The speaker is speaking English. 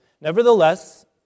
Nevertheless